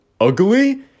ugly